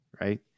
right